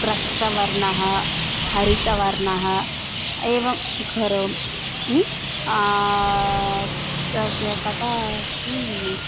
रक्तवर्णः हरितवर्णः एवं करोमि तस्य कथा अस्ति